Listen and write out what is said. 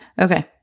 Okay